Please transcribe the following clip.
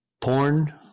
Porn